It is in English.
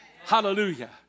Hallelujah